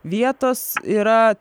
vietos yra